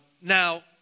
Now